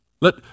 Let